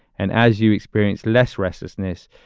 and as you experience less restlessness,